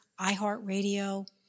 iHeartRadio